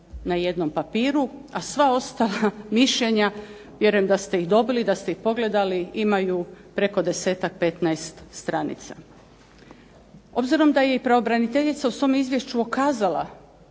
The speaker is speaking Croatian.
na jednom papiru, a sva ostala mišljenja vjerujem da ste ih dobili, da ste ih pogledali imaju preko 10-tak, 15-tak stranica. Obzirom da je pravobraniteljica u svom Izvješću ukazala